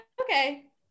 okay